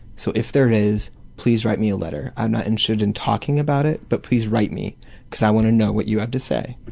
so if there is, please write me a letter. i'm not interested in talking about it but please write me because i want to know what you have to say,